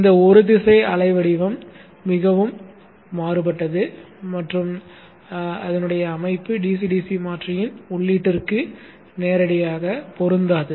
இந்த ஒருதிசை அலை வடிவம் மிகவும் மாறுபட்டது மற்றும் அமைப்பு DC DC மாற்றியின் உள்ளீட்டிற்கு நேரடியாகப் பொருந்தாது